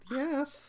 yes